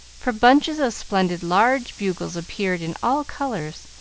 for bunches of splendid large bugles appeared in all colors,